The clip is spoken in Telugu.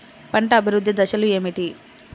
పంట అభివృద్ధి దశలు ఏమిటి?